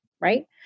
right